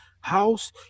house